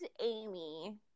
Amy